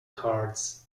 cards